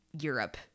Europe